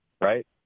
right